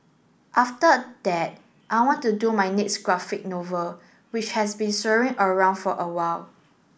after that I want to do my next graphic novel which has been swirling around for a while